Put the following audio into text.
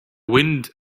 wind